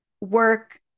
work